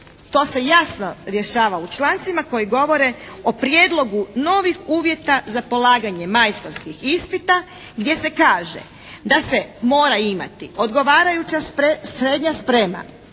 to se jasno rješava u člancima koji govore o prijedlogu novih uvjeta za polaganje majstorskih ispita gdje se kaže da se mora imati odgovarajuća srednja sprema